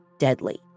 deadly